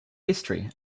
history